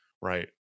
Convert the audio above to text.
right